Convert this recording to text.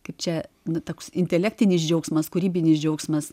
kaip čia nu toks intelektinis džiaugsmas kūrybinis džiaugsmas